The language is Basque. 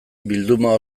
bilduma